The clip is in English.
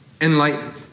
Enlightened